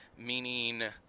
meaning